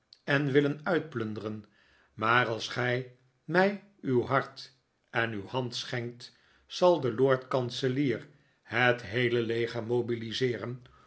en willen uitplunderen maar als gij mij uw hart en uw hand schenkt zal de lord kanselier het heele leger mobiliseeren